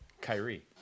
Kyrie